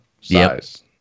size